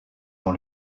dans